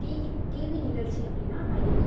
TV TV நிகழ்ச்சி அப்படின்னா அயலி